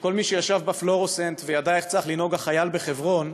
שכל מי שישב תחת הפלורוסנט וידע איך צריך לנהוג החייל בחברון,